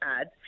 ads